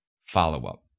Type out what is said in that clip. Follow-up